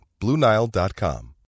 BlueNile.com